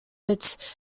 its